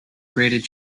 braided